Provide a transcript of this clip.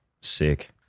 sick